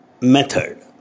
method